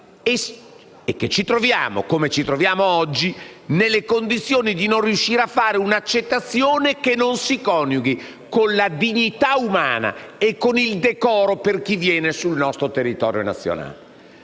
e che ci troviamo, come ci troviamo oggi, nelle condizioni di non riuscire a fare un'accettazione che si coniughi con la dignità umana e con il decoro per chi viene sul nostro territorio nazionale.